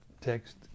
Text